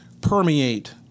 permeate